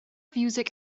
fiwsig